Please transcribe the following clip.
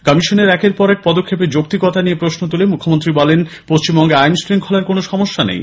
কমিশনের একের পর এক পদক্ষেপের যৌক্তিকতা নিয়ে প্রশ্ন তূলে মুখ্যমন্ত্রী বলেন পশ্চিমবঙ্গে আইন শৃঙ্খলার কোন সমস্যা নেই